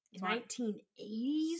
1980s